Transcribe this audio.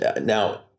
Now